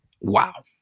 Wow